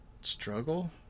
struggle